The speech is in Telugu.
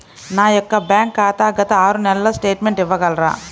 నా యొక్క బ్యాంక్ ఖాతా గత ఆరు నెలల స్టేట్మెంట్ ఇవ్వగలరా?